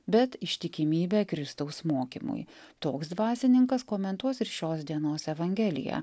bet ištikimybę kristaus mokymui toks dvasininkas komentuos ir šios dienos evangeliją